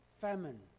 famine